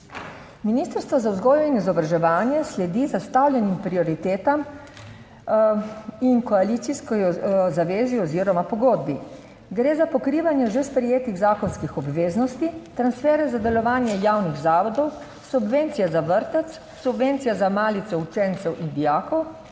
Ministrstvo za vzgojo in izobraževanje sledi zastavljenim prioritetam in koalicijski zavezi oziroma pogodbi. Gre za pokrivanje že sprejetih zakonskih obveznosti, transfere za delovanje javnih zavodov, subvencije za vrtec, subvencije za malice učencev in dijakov,